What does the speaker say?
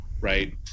right